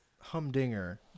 humdinger